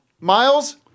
Miles